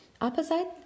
Opposite